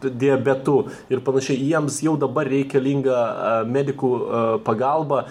diabetu ir panašiai jiems jau dabar reikalinga medikų pagalba